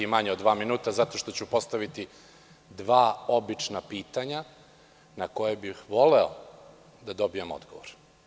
Biće manje od dva minuta zato što ću postaviti dva obična pitanja na koja bih voleo da dobijem odgovor.